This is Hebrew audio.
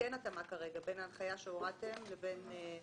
כרגע אין התאמה בין ההנחיה שהורדתם לבין מה שכתוב כאן.